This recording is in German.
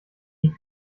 die